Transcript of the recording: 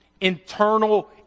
internal